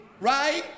right